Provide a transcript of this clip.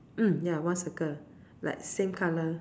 mm ya one circle like same color